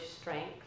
strength